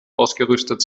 ausgerüstet